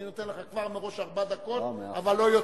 אני נותן לך מראש ארבע דקות, אבל לא יותר.